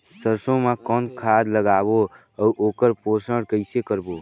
सरसो मा कौन खाद लगाबो अउ ओकर पोषण कइसे करबो?